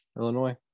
Illinois